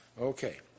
Okay